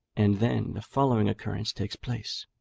and then the following occurrence takes place.